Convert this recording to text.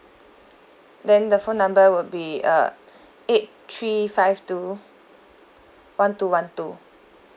then the phone number will be uh eight three five two one two one two